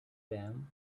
them